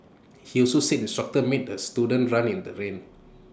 he also said the instructor made the student run in the rain